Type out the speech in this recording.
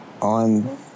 On